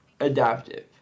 adaptive